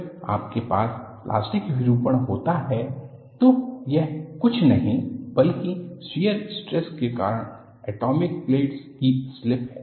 जब आपके पास प्लास्टिक विरूपण होता है तो यह कुछ नहीं बल्कि शियर स्ट्रेस के कारण अटॉमिक प्लेन्स की स्लिप है